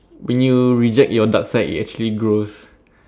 when you reject your dark side it actually grows